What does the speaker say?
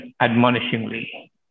admonishingly